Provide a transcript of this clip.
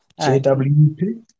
JWP